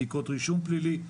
בדיקות רישום פלילי.